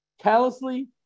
callously